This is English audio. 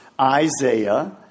Isaiah